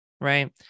right